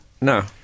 No